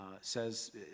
Says